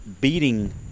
beating